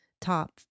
top